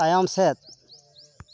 ᱛᱟᱭᱢᱥᱮᱫ